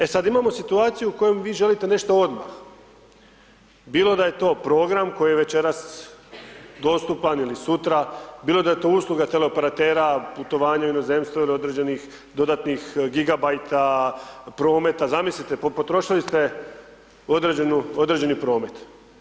E sad, imamo situaciju u kojoj vi želite nešto odmah, bilo da je to program koji je večeras dostupan ili sutra, bilo da je to usluga teleoperatera, putovanje u inozemstvo ili određenih dodatnih gigabajta prometa, zamislite, potrošili ste određeni promet.